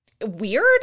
weird